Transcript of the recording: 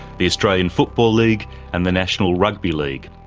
the australian football league and the national rugby league.